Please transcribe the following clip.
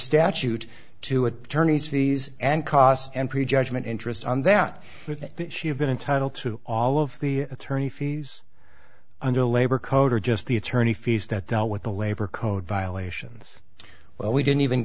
statute to attorneys fees and costs and prejudgment interest on that she had been entitled to all of the attorney fees under labor code or just the attorney fees that dealt with the labor code violations well we didn't even